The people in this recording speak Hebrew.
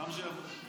למה שיעבור?